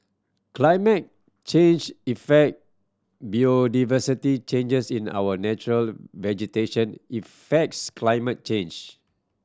climate change effect biodiversity changes in our natural vegetation effects climate change